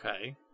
Okay